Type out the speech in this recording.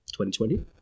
2020